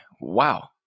wow